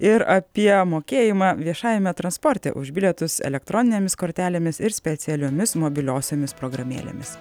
ir apie mokėjimą viešajame transporte už bilietus elektroninėmis kortelėmis ir specialiomis mobiliosiomis programėlėmis